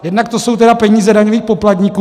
Jednak to jsou tedy peníze daňových poplatníků.